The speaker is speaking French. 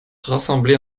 rassemblés